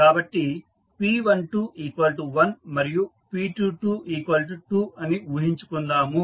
కాబట్టి p121 మరియు p222 అని ఊహించుకుందాము